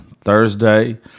Thursday